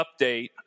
update